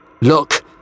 Look